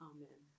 Amen